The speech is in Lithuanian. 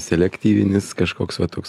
selektyvinis kažkoks va toks